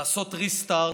לעשות ריסטרט